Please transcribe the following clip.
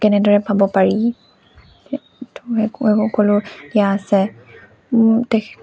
কেনেদৰে পাব পাৰি তো এই সকলো দিয়া আছে তেখেত